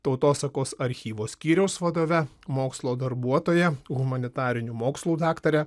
tautosakos archyvo skyriaus vadove mokslo darbuotoja humanitarinių mokslų daktare